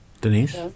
Denise